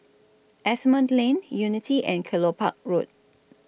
Asimont Lane Unity and Kelopak Road